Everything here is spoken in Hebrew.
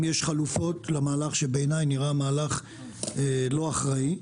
יש חלופות למהלך שבעיני נראה מהלך לא אחראי?